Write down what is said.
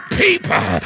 people